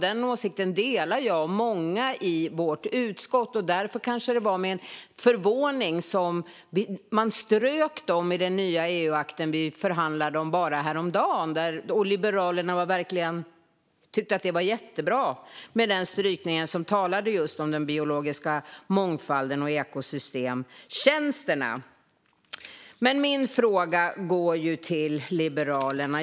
Den åsikten delar jag och många i vårt utskott, och därför var det kanske med förvåning vi såg att man strök dem i den nya EU-akt som vi förhandlade om bara häromdagen. Liberalerna tyckte verkligen att det var jättebra med den strykningen, som handlade just om den biologiska mångfalden och ekosystemtjänsterna. Men min fråga går till Liberalerna.